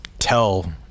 tell